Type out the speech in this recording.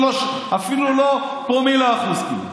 אפילו לא פרומיל האחוז כמעט.